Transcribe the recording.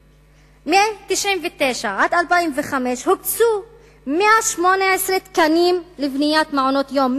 מ-1999 עד 2005 הוקצו 118 תקנים לבניית מעונות-יום,